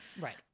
Right